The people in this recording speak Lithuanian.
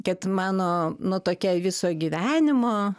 kad mano nu tokia viso gyvenimo